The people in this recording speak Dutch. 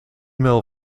mail